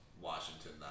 Washington